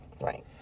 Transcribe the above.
Right